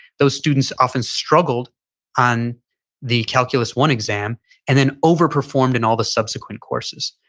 those students often struggled on the calculus one exam and then over performed in all the subsequent courses,